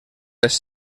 les